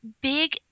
big